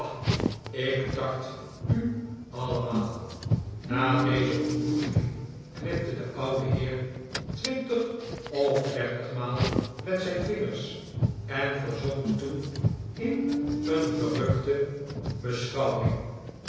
ik tart u allemaal na deze ontboezeming knipte de oude heer twintig of dertigmaal met zijn vingers en verzonk toen in een verrukte